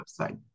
website